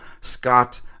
Scott